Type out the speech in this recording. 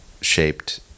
shaped